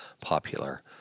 popular